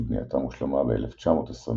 שבנייתם הושלמה ב-1929,